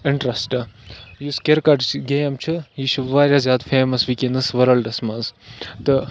interest یُس کرکَٹٕچ game چھِ یہِ چھُ واریاہ زیادٕ فیمَس وٕکٮ۪نَس ؤرٕلڈَس منٛز تہٕ